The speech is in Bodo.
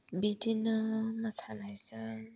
बिदिनो मोसानायजों